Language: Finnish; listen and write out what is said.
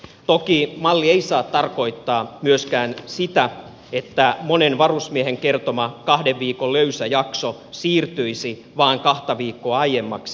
toki malli ei saa tarkoittaa myöskään sitä että monen varusmiehen kertoma kahden viikon löysä jakso siirtyisi vain kahta viikkoa aiemmaksi